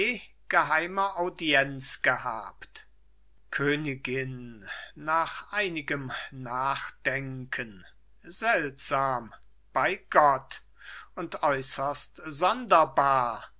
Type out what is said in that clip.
geheime audienz gehabt königin nach einigem nachdenken seltsam bei gott und äußerst sonderbar